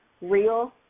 real